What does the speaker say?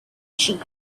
chief